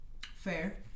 Fair